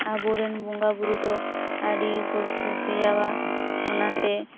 ᱟᱵᱚᱨᱮᱱ ᱵᱚᱸᱜᱟ ᱵᱳᱨᱳ ᱫᱚ ᱟᱹᱰᱤ ᱠᱚ ᱥᱚᱛᱭᱟᱣᱟ ᱚᱱᱟᱛᱮ